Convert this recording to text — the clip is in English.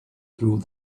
through